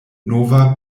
nova